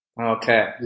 Okay